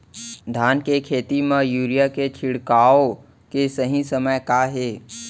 धान के खेती मा यूरिया के छिड़काओ के सही समय का हे?